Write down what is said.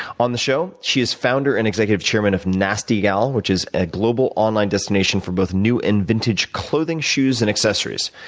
on the show, she is founder and executive chairman of nasty gal, which is a global online destination for both new and vintage clothing, shoes and accessories,